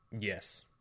Yes